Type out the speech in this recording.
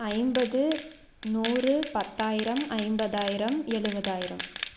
ஐம்பது நூறு பத்தாயிரம் ஐம்பதாயிரம் எழுவதாயிரம்